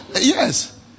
Yes